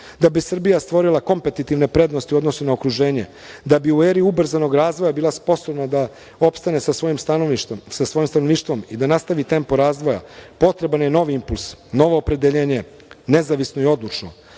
Da bi Srbija stvorila kompetitivne prednosti u odnosu na okruženje, da bi u eri ubrzanog razvoja bila sposobna da opstane sa svojim stanovništvom i da nastavi tempo razvoja, potreban je novi impuls, novo opredeljenje, nezavisno i odlučno. Moramo